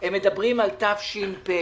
הם מדברים על תש"ף,